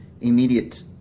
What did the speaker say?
Immediate